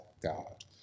god